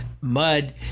mud